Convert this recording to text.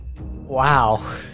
Wow